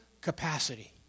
capacity